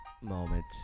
moment